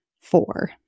four